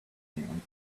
and